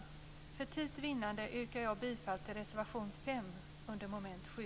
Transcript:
För tids vinnande yrkar jag bifall endast till reservation 5 under mom. 7.